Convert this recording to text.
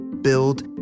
build